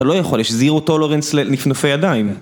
אתה לא יכול, יש זירו טולרנס לנפנופי ידיים.